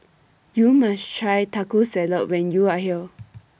YOU must Try Taco Salad when YOU Are here